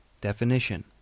Definition